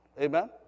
Amen